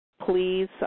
Please